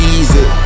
Easy